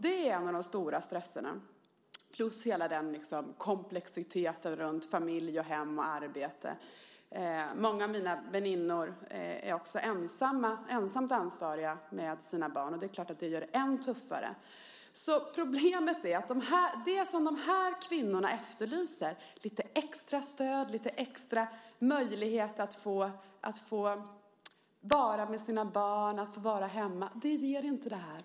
Det är en stor stress, plus hela komplexiteten runt familj, hem och arbete. Många av mina väninnor är också ensamt ansvariga för sina barn, och det är klart att det gör det än tuffare. Problemet är att det som de här kvinnorna efterlyser, det vill säga lite extra stöd och lite extra möjlighet att få vara med sina barn och vara hemma, ger inte det här.